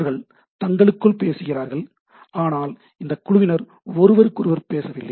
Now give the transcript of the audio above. அவர்கள் தங்களுக்குள் பேசுகிறார்கள் ஆனால் இந்த குழுவினர் ஒருவருக்கொருவர் பேசவில்லை